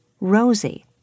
Rosie